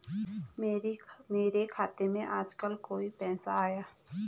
मेरे खाते में आजकल कोई पैसा आया?